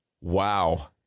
Wow